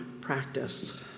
practice